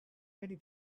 many